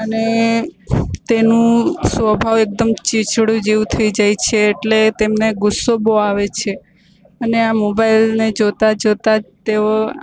અને તેનું સ્વભાવ એકદમ ચિચડું જેવું થઈ જાય છે એટલે તેમને ગુસ્સો બહુ આવે છે અને આ મોબાઈલને જોતાં જોતાં તેઓ